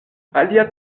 alia